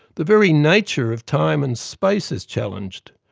the very nature of time and space is challenged,